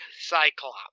Cyclops